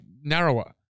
narrower